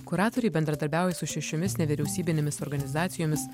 kuratoriai bendradarbiauja su šešiomis nevyriausybinėmis organizacijomis